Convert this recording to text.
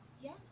Yes